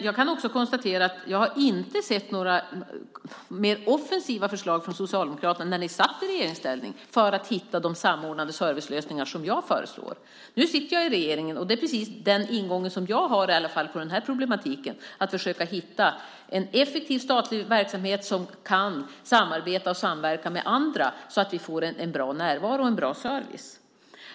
Jag kan dock konstatera att jag inte såg några mer offensiva förslag från Socialdemokraterna när ni satt i regeringsställning för att hitta de samordnade servicelösningar som jag föreslår. Nu sitter jag i regeringen, och den ingång som i alla fall jag har på den här problematiken är att vi ska försöka hitta en effektiv statlig verksamhet som kan samarbeta och samverka med andra så att vi får en bra närvaro och en bra service.